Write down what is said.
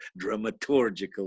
dramaturgical